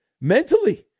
mentally